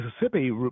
Mississippi